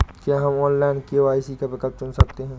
क्या हम online KYC का विकल्प चुन सकते हैं?